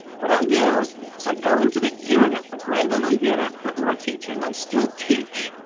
what i do is i go into the unit, the grade level unit that we're teaching, i still teach.